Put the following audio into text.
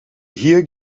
hier